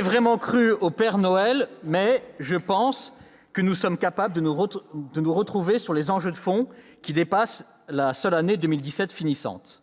vraiment cru au père Noël, mais je pense que nous sommes capables de nous retrouver autour des enjeux de fond qui dépassent la seule année 2017 finissante